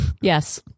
Yes